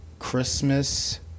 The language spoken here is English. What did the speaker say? Christmas